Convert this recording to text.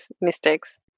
mistakes